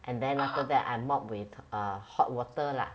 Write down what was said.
and then after that I mop with uh hot water lah